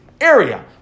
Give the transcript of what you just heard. area